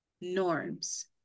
norms